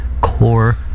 core